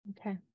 Okay